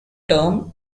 term